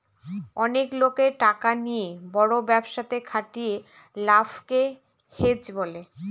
অনেক লোকের টাকা নিয়ে বড় ব্যবসাতে খাটিয়ে লাভকে হেজ বলে